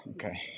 Okay